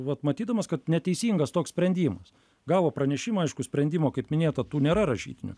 vat matydamas kad neteisingas toks sprendimas gavo pranešimą aiškų sprendimo kaip minėta tų nėra rašytinių